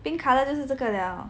pink colour 的是这个了